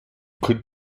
could